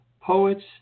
Poets